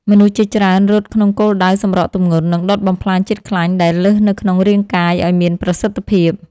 មនុស្សជាច្រើនរត់ក្នុងគោលដៅសម្រកទម្ងន់ និងដុតបំផ្លាញជាតិខ្លាញ់ដែលលើសនៅក្នុងរាងកាយឱ្យមានប្រសិទ្ធភាព។